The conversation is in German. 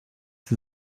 sie